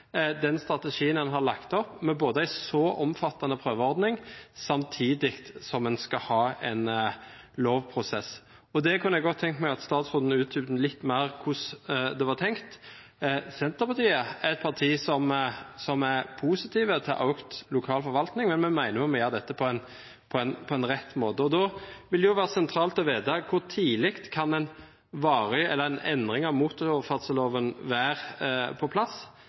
den prøveordningen som vi startet, men jeg synes det tas litt enkelt på at det er en ganske komplisert strategi man har lagt opp, med både en så omfattende prøveordning samtidig som man skal ha en lovprosess. Jeg kunne godt tenkt meg at statsråden utdypet litt mer hvordan dette var tenkt. Senterpartiet er et parti som er positivt til økt lokal forvaltning, men vi mener at vi må gjøre dette på en rett måte. Da vil det være sentralt å få vite hvor tidlig en endring av motorferdselloven kan være på plass.